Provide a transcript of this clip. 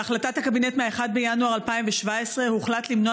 בהחלטת הקבינט מ-1 בינואר 2017 הוחלט למנוע